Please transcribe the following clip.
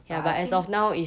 but I think